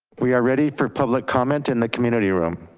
we are ready for public comment in the community room.